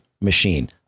machine